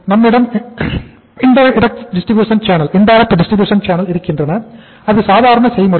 நம்மிடம் indirect distribution channels இருக்கின்றன அது சாதாரண செய்முறை